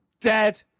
dead